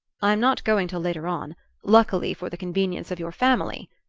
i'm not going till later on luckily for the convenience of your family,